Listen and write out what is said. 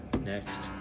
next